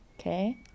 Okay